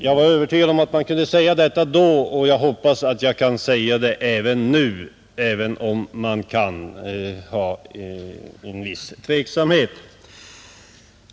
Jag hoppas att man kan säga det också nu, även om man kan känna en viss tveksamhet.